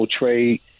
trade